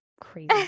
Crazy